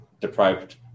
deprived